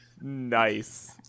Nice